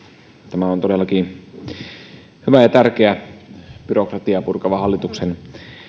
tämä on todellakin hyvä ja tärkeä byrokratiaa purkava hallituksen